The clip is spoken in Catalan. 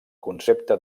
concepte